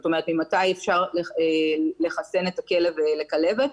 זאת אומרת ממתי אפשר לחסן את הכלב לכלבת.